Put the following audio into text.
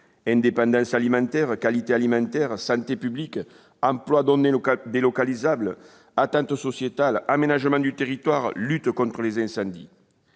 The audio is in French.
indépendance alimentaire, qualité alimentaire, santé publique, emplois non délocalisables, attentes sociétales, aménagement du territoire, lutte contre les incendies.